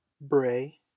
Bray